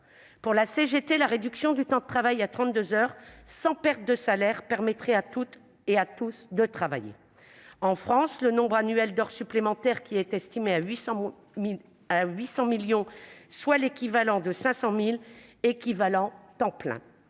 Pour la CGT, la réduction du temps de travail à 32 heures sans perte de salaire permettrait à toutes et à tous de travailler. En France, le nombre annuel d'heures supplémentaires est estimé à 800 millions, soit 500 000 équivalents temps plein.